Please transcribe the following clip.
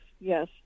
Yes